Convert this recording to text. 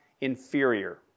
inferior